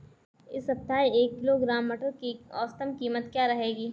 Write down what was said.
इस सप्ताह एक किलोग्राम मटर की औसतन कीमत क्या रहेगी?